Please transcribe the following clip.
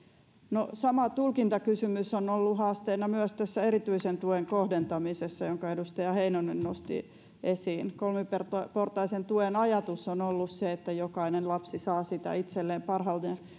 no sama tulkintakysymys on ollut haasteena myös tässä erityisen tuen kohdentamisessa jonka edustaja heinonen nosti esiin kolmiportaisen tuen ajatus on on ollut se että jokainen lapsi saa itselleen parhaiten